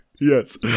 Yes